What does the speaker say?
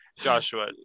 Joshua